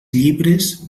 llibres